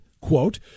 quote